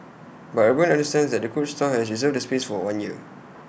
but urban understands that the coach store has reserved the space for one year